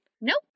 Nope